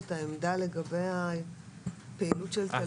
מה גם שזה הרבה יותר מורכב לתפעול מהמוזיאונים,